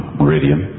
meridian